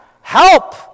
Help